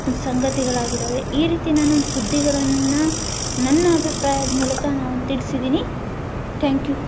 ಒಂದು ಸಂಗತಿಗಳಾಗಿದ್ದಾವೆ ಈ ರೀತಿ ನಾನೊಂದು ಸುದ್ದಿಗಳನ್ನು ನನ್ನ ಅಭಿಪ್ರಾಯದ ಮೂಲಕ ನಾನು ತಿಳ್ಸಿದ್ದೀನಿ ಟ್ಯಂಕ್ ಯು